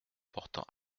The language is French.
portant